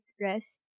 rest